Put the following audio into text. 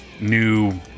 new